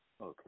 Okay